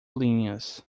linhas